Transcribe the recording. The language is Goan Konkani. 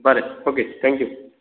बरें ओके थँक्यू